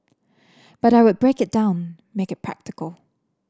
but I would break it down make it practical